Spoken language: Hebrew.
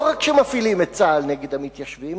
לא רק שמפעילים את צה"ל נגד המתיישבים,